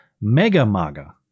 mega-maga